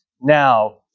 now